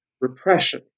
repression